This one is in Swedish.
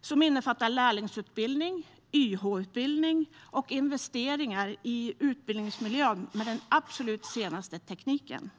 som innefattar lärlingsutbildning och YH-utbildning, och investeringar har gjorts i utbildningsmiljön med den absolut senaste tekniken.